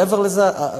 מעבר לזה, בינינו,